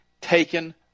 taken